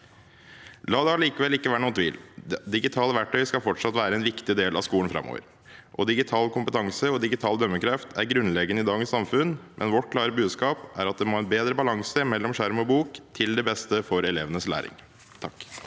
La det likevel ikke være noen tvil: Digitale verktøy skal fortsatt være en viktig del av skolen framover. Digital kompetanse og digital dømmekraft er grunnleggende i dagens samfunn, men vårt klare budskap er at det må være en bedre balanse mellom skjerm og bok, til det beste for elevenes læring. Anja